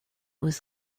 was